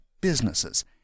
businesses